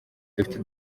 dufite